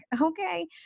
Okay